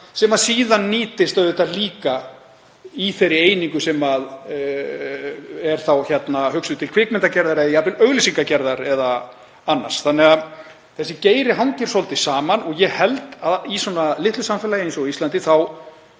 annað sem nýtist síðan líka í þeirri einingu sem er þá hugsuð til kvikmyndagerðar eða jafnvel auglýsingagerðar eða annars, þannig að þessi geiri hangir svolítið saman. Ég held að í svona litlu samfélagi eins og á Íslandi